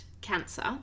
cancer